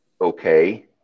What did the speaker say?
okay